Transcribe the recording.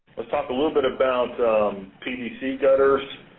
let's talk a little bit about pvc gutters.